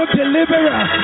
deliverer